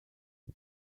ait